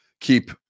keep